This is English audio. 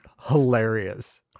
hilarious